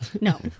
No